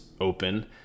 open